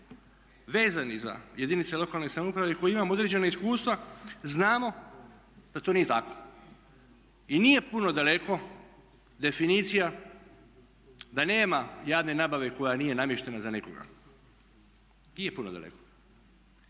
vezani za jedinice lokalne samouprave i koji imamo određena iskustva znamo da to nije tako. I nije puno daleko definicija da nema javne nabave koja nije namještena za nekoga, nije puno daleko.